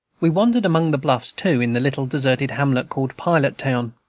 we wandered among the bluffs, too, in the little deserted hamlet called pilot town.